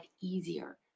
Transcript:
easier